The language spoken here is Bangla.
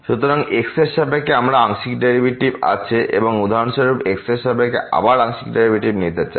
সুতরাং x এর সাপেক্ষে আমাদের আংশিক ডেরিভেটিভ আছে এবং উদাহরণস্বরূপ আমরা x এরসাপেক্ষে আবার আংশিক ডেরিভেটিভ নিতে চাই